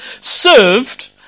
served